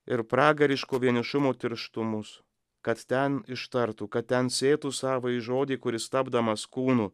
ir pragariško vienišumo tirštumus kad ten ištartų kad ten sėtų savąjį žodį kuris tapdamas kūnu